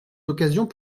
occasions